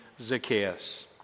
Zacchaeus